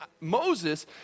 Moses